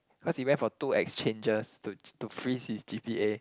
cause he went for two exchanges to to freeze his g_p_a